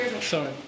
Sorry